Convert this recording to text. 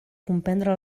comprendre